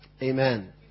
Amen